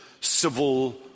civil